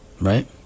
right